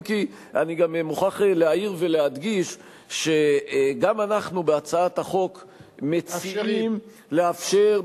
אם כי אני מוכרח להעיר ולהדגיש שגם אנחנו בהצעת החוק מציעים לאפשר,